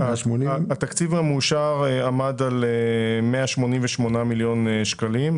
התקציב המאושר עמד על 188 מיליון שקלים.